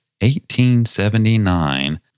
1879